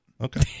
Okay